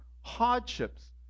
hardships